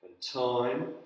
time